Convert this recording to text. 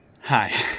Hi